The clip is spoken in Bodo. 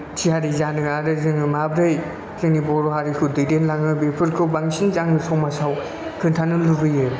थियारि जानो आरो जोङो माब्रै जोंनि बर' हारिखौ दैदेनलाङो बेफोरखौ बांसिनै समाजाव खिन्थानो लुबैयो